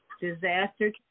disaster